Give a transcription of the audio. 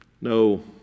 No